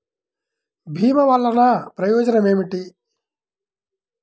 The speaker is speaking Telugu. భీమ వల్లన ప్రయోజనం ఏమిటి?